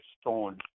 stone